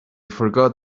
forgot